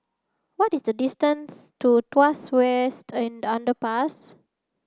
what is the distance to Tuas West in Underpass